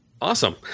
Awesome